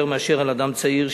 יותר מאשר על אדם צעיר,